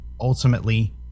ultimately